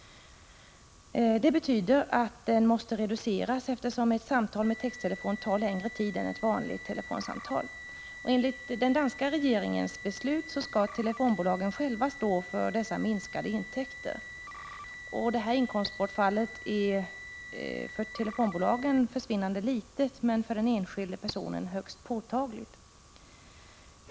Det betyder att taxan måste reduceras, eftersom ett gZ, mm - samtal med texttelefon tar längre tid än ett vanligt telefonsamtal. Enligt den danska regeringens beslut skall telefonbolagen själva stå för dessa minskade intäkter. Detta inkomstbortfall är för telefonbolagen försvinnande litet, men för den enskilda personen är det högst påtagliga belopp.